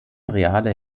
reale